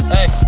Hey